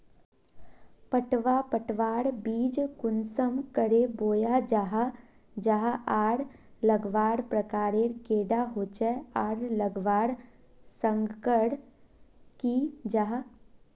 पटवा पटवार बीज कुंसम करे बोया जाहा जाहा आर लगवार प्रकारेर कैडा होचे आर लगवार संगकर की जाहा?